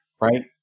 Right